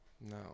No